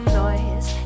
noise